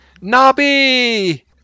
Nobby